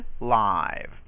live